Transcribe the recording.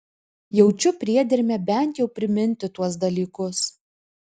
jaučiu priedermę bent jau priminti tuos dalykus